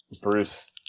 Bruce